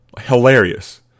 Hilarious